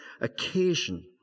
occasion